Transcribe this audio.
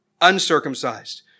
uncircumcised